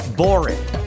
boring